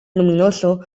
luminoso